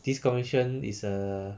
this commission is a